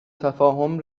تفاهم